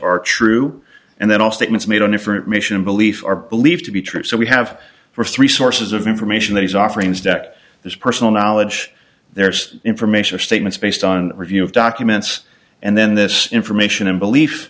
are true and that all statements made on different mission belief are believed to be true so we have for three sources of information that is offerings that this personal knowledge there's information of statements based on review of documents and then this information and belief